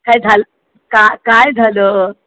काय झालं का काय झालं